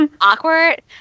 awkward